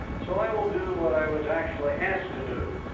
so i will do what i was actually asked to do,